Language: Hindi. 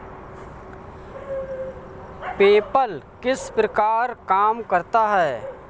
पेपल किस प्रकार काम करता है?